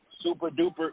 super-duper